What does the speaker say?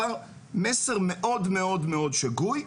זה מסר מאוד מאוד מאוד שגוי.